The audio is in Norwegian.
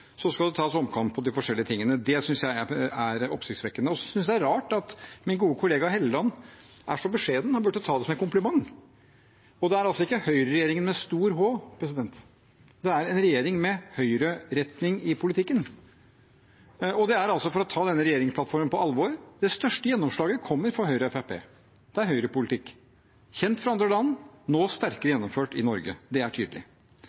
så skal det tas omkamp på de forskjellige tingene. Det synes jeg er oppsiktsvekkende. Jeg synes det er rart at min gode kollega Helleland er så beskjeden, han burde ta det som en kompliment. Det er altså ikke høyreregjeringen med stor h. Det er en regjering med høyreretning i politikken – det er for å ta denne regjeringsplattformen på alvor. Det største gjennomslaget kommer for Høyre og Fremskrittspartiet. Det er høyrepolitikk – kjent fra andre land, nå sterkere gjennomført i Norge. Det er tydelig.